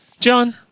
John